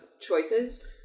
choices